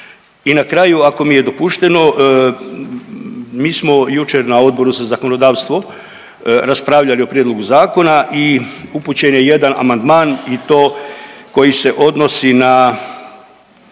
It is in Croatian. I na kraju ako mi je dopušteno, mi smo jučer na Odboru za zakonodavstvo raspravljali o prijedlogu zakona i upućen je jedan amandman i to koji se odnosi na